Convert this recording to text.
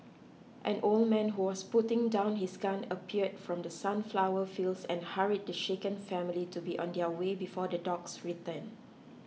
an old man who was putting down his gun appeared from the sunflower fields and hurried the shaken family to be on their way before the dogs return